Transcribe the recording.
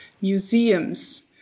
museums